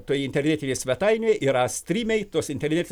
tai internetinėj svetainėj yra strimei tos internetinės